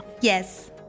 Yes